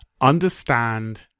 understand